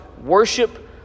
worship